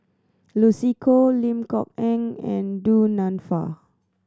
Lucy Koh Lim Kok Ann and Du Nanfa